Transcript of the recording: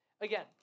Again